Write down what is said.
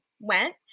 went